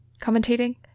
commentating